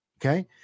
okay